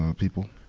ah people.